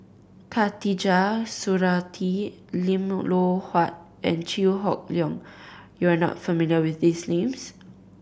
Khatijah Surattee Lim Loh Huat and Chew Hock Leong You are not familiar with these names